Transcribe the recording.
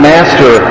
Master